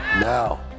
Now